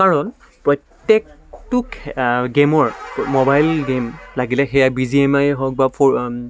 কাৰণ প্ৰত্যেকটো গেমৰ মোবাইল গেম লাগিলে সেয়া বি জি এম আইয়েই হওক বা ফ'ৰ